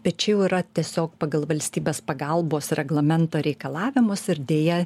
bet čia jau yra tiesiog pagal valstybės pagalbos reglamento reikalavimus ir deja